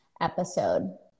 episode